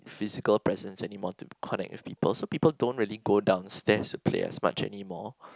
physical presence anymore to connect with people so people don't really go downstairs to play as much anymore